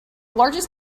largest